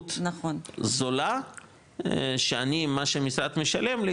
שכירות זולה שאני מה שהמשרד משלם לי,